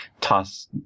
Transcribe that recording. toss